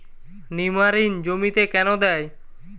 নিমারিন জমিতে কেন দেয়?